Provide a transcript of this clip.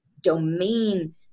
domain